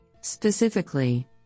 Specifically